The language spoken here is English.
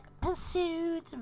pursued